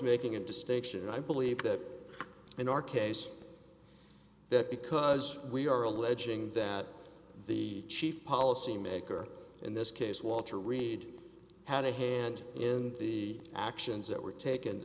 making a distinction and i believe that in our case that because we are alleging that the chief policymaker in this case walter reed had a hand in the actions that were taken